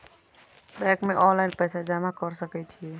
Bank में online पैसा जमा कर सके छीये?